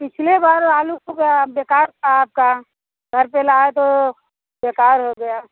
पिछले बार आलू पूरा बेकार था आपका घर पे लाए तो बेकार हो गया